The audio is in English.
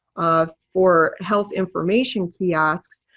for health information kiosks.